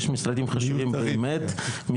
יש משרדים חשובים באמת,